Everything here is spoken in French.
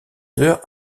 heures